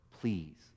Please